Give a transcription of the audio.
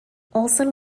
olsen